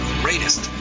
greatest